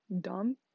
dumb